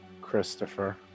Christopher